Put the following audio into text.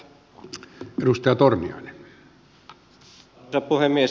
arvoisa puhemies